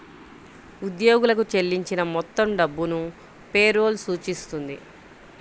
ఉద్యోగులకు చెల్లించిన మొత్తం డబ్బును పే రోల్ సూచిస్తుంది